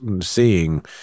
seeing